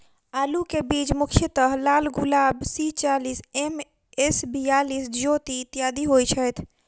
आलु केँ बीज मुख्यतः लालगुलाब, सी चालीस, एम.एस बयालिस, ज्योति, इत्यादि होए छैथ?